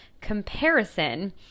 comparison